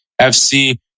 FC